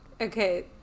Okay